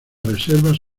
reservas